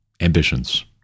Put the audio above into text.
ambitions